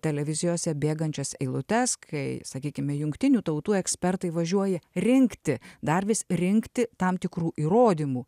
televizijose bėgančias eilutes kai sakykime jungtinių tautų ekspertai važiuoja rinkti dar vis rinkti tam tikrų įrodymų